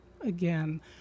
again